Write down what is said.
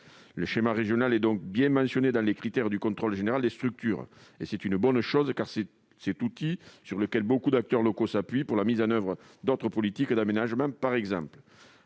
Le schéma régional est donc bien mentionné parmi les critères du contrôle général des structures. C'est une bonne chose, car c'est un outil sur lequel beaucoup d'acteurs locaux s'appuient, notamment pour la mise en oeuvre d'autres politiques d'aménagement. En revanche,